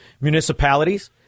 municipalities